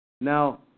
Now